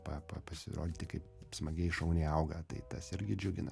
pa pa pasirodyti kaip smagiai šauniai auga tai tas irgi džiugina